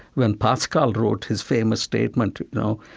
when pascal wrote his famous statement, you know,